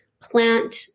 plant